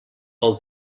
pel